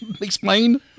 Explain